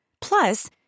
Plus